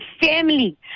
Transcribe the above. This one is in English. family